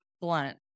blunt